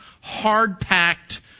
hard-packed